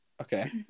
okay